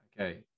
Okay